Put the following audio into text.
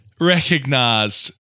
recognized